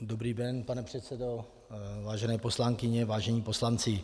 Dobrý den, pane předsedo, vážené poslankyně, vážení poslanci.